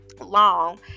long